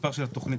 מספר התוכנית?